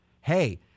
hey